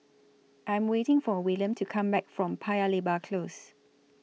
I'm waiting For William to Come Back from Paya Lebar Close